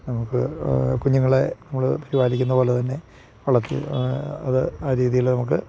നമുക്ക് കുഞ്ഞുങ്ങളെ നമ്മൾ പരിപാലിക്കുന്ന പോലെ തന്നെ വളർത്തി അത് ആ രീതിയിൽ നമുക്ക്